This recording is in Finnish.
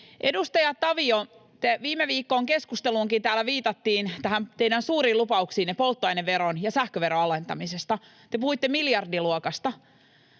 Edustaja Tavio, viime viikon keskusteluunkin täällä viitattiin, näihin teidän suuriin lupauksiinne polttoaineveron ja sähköveron alentamisesta. Te puhuitte miljardiluokasta.